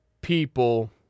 people